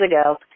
ago